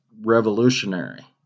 revolutionary